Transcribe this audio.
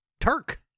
Turk